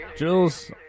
Jules